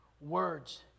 words